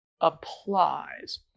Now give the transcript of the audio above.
applies